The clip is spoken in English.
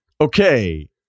Okay